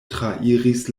trairis